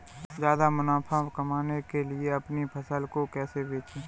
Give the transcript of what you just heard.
ज्यादा मुनाफा कमाने के लिए अपनी फसल को कैसे बेचें?